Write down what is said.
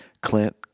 Clint